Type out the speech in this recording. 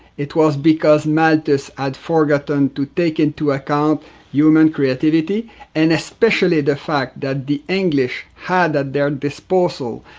it was because malthus had forgotten to take into account human creativity and, especially, the fact that the english had at their disposal,